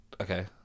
okay